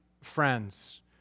friends